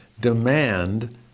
demand